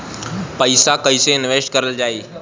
पैसा कईसे इनवेस्ट करल जाई?